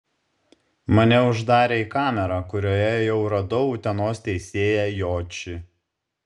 mane uždarė į kamerą kurioje jau radau utenos teisėją jočį